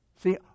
See